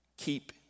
Keep